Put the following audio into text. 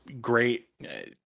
great